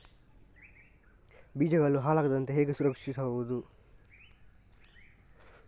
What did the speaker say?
ಬೀಜಗಳು ಹಾಳಾಗದಂತೆ ಹೇಗೆ ಸಂರಕ್ಷಿಸಬಹುದು?